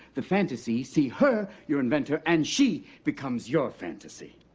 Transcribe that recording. the fantasy, see her, your inventor, and she becomes your fantasy.